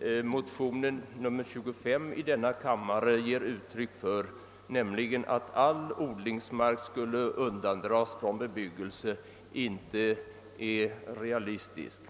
i motionen II: 25 att all odlingsbar mark skall undantas från bebyggelse är orealistisk.